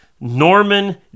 Norman